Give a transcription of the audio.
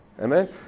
Amen